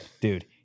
Dude